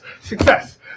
success